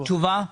תשובה.